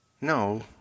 No